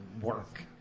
work